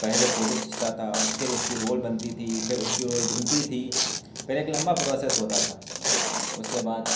پہلے فوٹو کھنچتا تھا پھر اس کی رول بنتی تھی پھر اس کی رول دھلتی تھی پھر ایک لمبا پروسیس ہوتا تھا اس کے بعد